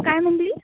काय म्हणाली